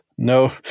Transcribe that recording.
No